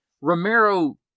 Romero